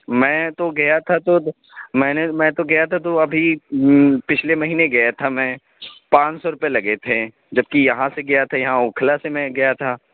میں تو گیا تھا تو میں نے میں تو گیا تھا تو ابھی پچھلے مہینے گیا تھا میں پانچ سو روپے لگے تھے جبکہ یہاں سے گیا تھا یہاں اوکھلا سے میں گیا تھا